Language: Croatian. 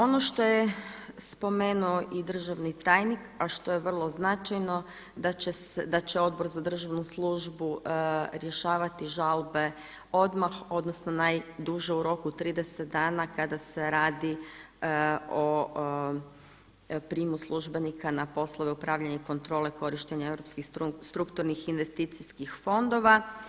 Ono što je spomenuo i državni tajnik a što je vrlo značajno da će Odbor za državnu službu rješavati žalbe odmah, odnosno najduže u roku od 30 dana kada se radi o prijemu službenika na poslove upravljanja i kontrole korištenja europskih strukturnih investicijskih fondova.